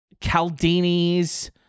Caldini's